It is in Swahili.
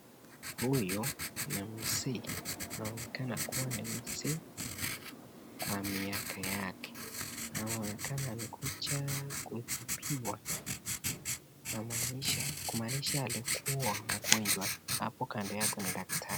Huyu ni mzee, anaonekana kuwa ni mzee kwa miaka yake. Anaonekana amekuja kutibiwa, kumaanisha alikuwa mgonjwa. Hapo kando yake ni daktari.